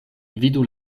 vidu